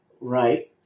Right